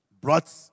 brought